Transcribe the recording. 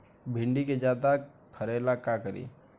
भिंडी के ज्यादा फरेला का करी?